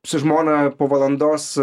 su žmona po valandos